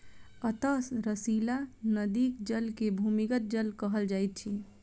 अंतः सलीला नदीक जल के भूमिगत जल कहल जाइत अछि